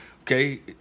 okay